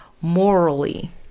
morally